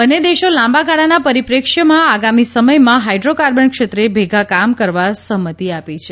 બંને દેશો લાંબા ગાળાના પરિપ્રેક્ષ્યમાં આગામી સમયમાં હાઈડ્રો કાર્બન ક્ષેત્રે ભેગાકામ કરવા સહમતી આપી હતી